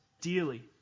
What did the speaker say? dearly